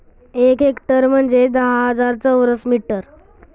एक हेक्टर म्हणजे दहा हजार चौरस मीटर